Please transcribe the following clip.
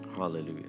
hallelujah